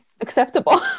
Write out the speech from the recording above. acceptable